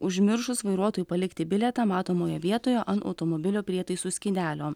užmiršus vairuotojui palikti bilietą matomoje vietoje ant automobilio prietaisų skydelio